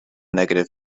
negative